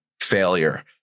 failure